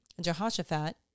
Jehoshaphat